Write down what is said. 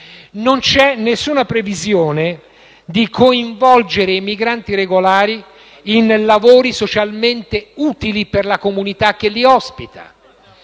Non c'è alcuna previsione di coinvolgere i migranti regolari in lavori socialmente utili per la comunità che li ospita;